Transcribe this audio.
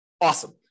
Awesome